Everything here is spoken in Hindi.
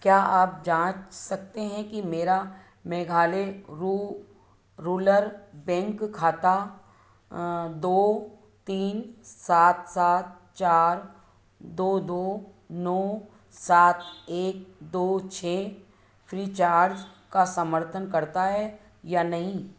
क्या आप जाँच सकते हैं कि मेरा मेघालय रू रूलर बैंक खाता दो तीन सात सात चार दो दो नौ सात एक दो छः फ़्रीचार्ज का समर्थन करता है या नहीं